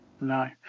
no